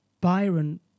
Byron